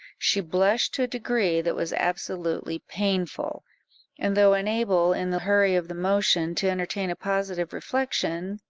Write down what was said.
she blushed to a degree that was absolutely painful and though unable, in the hurry of the motion, to entertain a positive reflection,